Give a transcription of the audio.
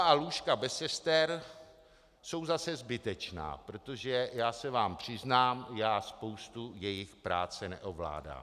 A lůžka bez sester jsou zase zbytečná, protože se vám přiznám, já spoustu jejich práce neovládám.